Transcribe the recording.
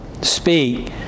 speak